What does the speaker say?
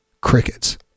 Crickets